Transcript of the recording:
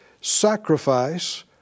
sacrifice